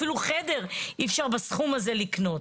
אפילו חדר אי אפשר לקנות בסכום הזה.